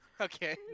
Okay